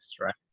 right